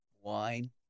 wine